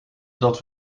dat